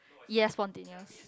yes spontaneous